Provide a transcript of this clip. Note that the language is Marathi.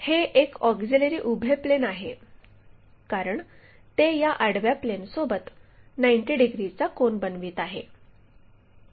हे एक ऑक्झिलिअरी उभे प्लेन आहे कारण ते या आडव्या प्लेनसोबत 90 डिग्रीचा कोन बनवित आहे